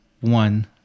one